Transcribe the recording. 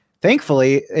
Thankfully